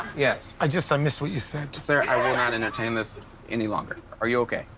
yes? i just i missed what you said. sir, i will not entertain this any longer. are you okay?